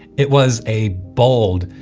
it was a bold,